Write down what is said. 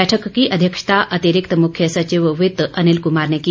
बैठक की अध्यक्षता अतिरिक्त मुख्य सचिव वित्त अनिल कुमार ने की